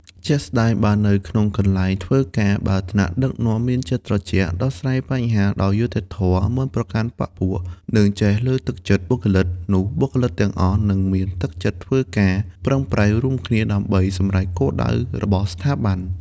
ជាក់ស្ដែង បើនៅក្នុងកន្លែងធ្វើការ បើថ្នាក់ដឹកនាំមានចិត្តត្រជាក់ ដោះស្រាយបញ្ហាដោយយុត្តិធម៌ មិនប្រកាន់បក្សពួក និងចេះលើកទឹកចិត្តបុគ្គលិក នោះបុគ្គលិកទាំងអស់នឹងមានទឹកចិត្តធ្វើការ ប្រឹងប្រែងរួមគ្នាដើម្បីសម្រេចគោលដៅរបស់ស្ថាប័ន។